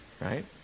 right